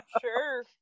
sure